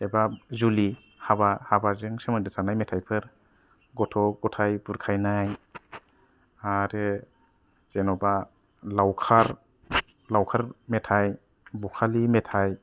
एबा जुलि हाबा हाबाजों सोमोन्दो थानाय मेथाइफोर गथ' गथाय बुरखायनाय आरो जेनबा लावखार लावखार मेथाइ बखालि मेथाइ